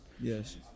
Yes